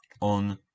on